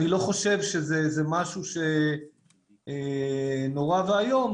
אני לא חושב שזה איזה משהו שנורא ואיום,